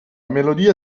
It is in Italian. melodia